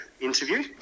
interview